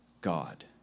God